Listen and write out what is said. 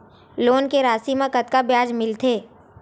Loan के राशि मा कतका ब्याज मिलथे?